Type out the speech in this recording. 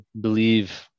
believe